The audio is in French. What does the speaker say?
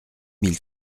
mille